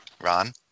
Ron